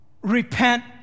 Repent